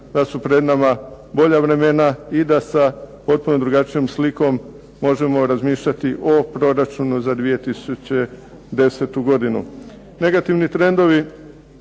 da su pred nama bolja vremena i da sa potpuno drugačijom slikom možemo razmišljati o proračunu za 2010. godinu. Negativni trendovi